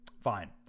Fine